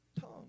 tongue